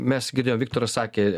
mes girdėjom viktoras sakė